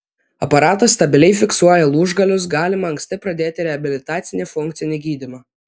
aparatas stabiliai fiksuoja lūžgalius galima anksti pradėti reabilitacinį funkcinį gydymą